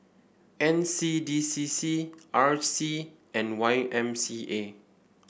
N C D C C R C and Y M C A